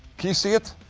can you see it?